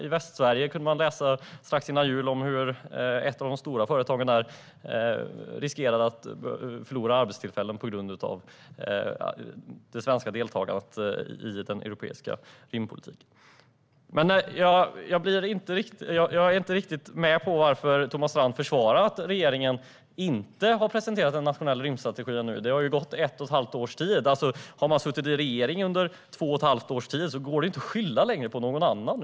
I Västsverige kunde man strax före jul läsa om hur ett av de stora företagen där riskerade att förlora arbetstillfällen på grund av hur det svenska deltagandet i den europeiska rymdpolitiken sköttes. Jag är inte riktigt med på varför Thomas Strand försvarar att regeringen inte har presenterat en nationell rymdstrategi. Det har ju gått ett och ett halvt år. Har man suttit i regeringsställning under två och ett halvt års tid går det inte längre att skylla på någon annan.